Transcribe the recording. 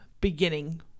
beginning